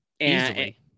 easily